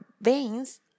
veins